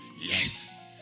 Yes